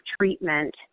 treatment